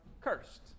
cursed